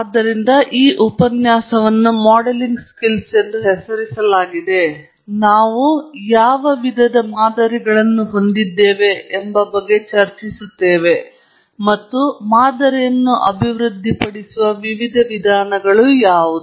ಆದ್ದರಿಂದ ಉಪನ್ಯಾಸವನ್ನು modelling skills ಎಂದು ಹೆಸರಿಸಲಾಗಿದೆ ಆದರೆ ನಾವು ಚರ್ಚಿಸುವ ಕೌಶಲಗಳ ಬಗ್ಗೆ ಅಲ್ಲ ನಾವು ಯಾವ ವಿಧದ ಮಾದರಿಗಳನ್ನು ಹೊಂದಿದ್ದೇವೆ ಎಂದು ನಾವು ಚರ್ಚಿಸುತ್ತೇವೆ ಮತ್ತು ಮಾದರಿಯನ್ನು ಅಭಿವೃದ್ಧಿಪಡಿಸುವ ವಿಭಿನ್ನ ವಿಧಾನಗಳು ಯಾವುವು